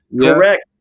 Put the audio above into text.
Correct